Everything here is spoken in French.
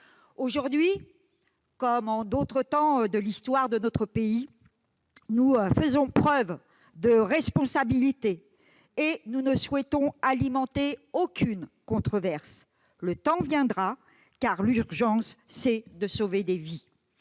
Aujourd'hui, comme en d'autres temps de l'histoire de notre pays, nous faisons preuve de responsabilité et ne souhaitons alimenter aucune controverse. Le temps viendra, mais l'urgence, c'est de sauver des vies